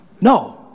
No